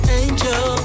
angel